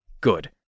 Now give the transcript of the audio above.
Good